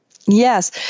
Yes